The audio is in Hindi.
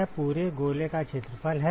यह पूरे गोले का क्षेत्रफल है